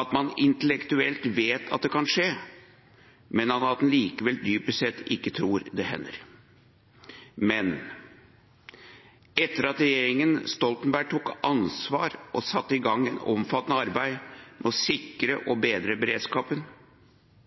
at man intellektuelt vet at det kan skje, men at man likevel dypest sett ikke tror at det hender. Men regjeringen Stoltenberg tok ansvar og satte i gang et omfattende arbeid med sikte på å bedre beredskapen.